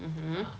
mmhmm